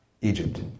Egypt